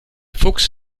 fuchs